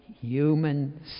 human